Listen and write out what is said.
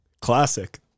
Classic